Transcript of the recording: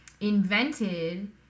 invented